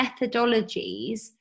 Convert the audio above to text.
methodologies